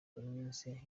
iminsi